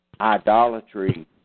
idolatry